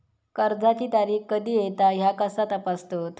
कर्जाची तारीख कधी येता ह्या कसा तपासतत?